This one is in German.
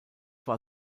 war